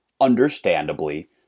understandably